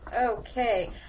Okay